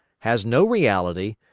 has no reality,